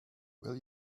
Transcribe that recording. will